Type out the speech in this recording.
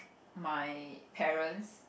my parents